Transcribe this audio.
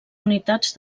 unitats